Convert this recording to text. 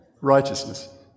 righteousness